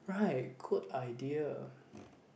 right good idea